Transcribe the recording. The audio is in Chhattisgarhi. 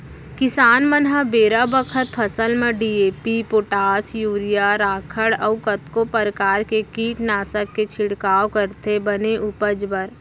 किसान मन ह बेरा बखत फसल म डी.ए.पी, पोटास, यूरिया, राखड़ अउ कतको परकार के कीटनासक के छिड़काव करथे बने उपज बर